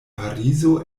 parizo